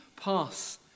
pass